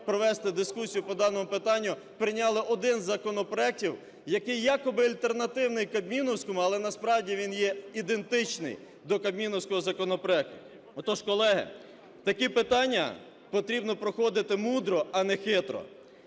провести дискусію по даному питанню, прийняли один з законопроектів, який якоби альтернативний кабмінівському, але насправді він є ідентичний до кабмінівського законопроекту. Отож, колеги, такі питання потрібно проходити мудро, а не хитро,